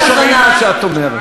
לא שומעים מה שאת אומרת.